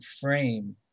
frame